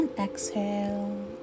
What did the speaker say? exhale